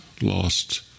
Lost